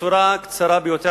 בצורה קצרה ביותר,